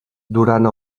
durant